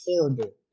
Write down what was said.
horrible